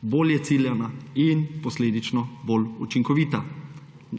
bolje ciljanja in posledično bolj učinkovita.